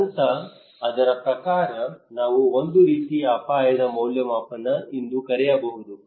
ಈ ಹಂತ ಅದರ ಪ್ರಕಾರ ನಾವು ಒಂದು ರೀತಿಯ ಅಪಾಯದ ಮೌಲ್ಯಮಾಪನ ಇಂದು ಕರೆಯಬಹುದು